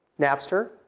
Napster